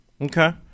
Okay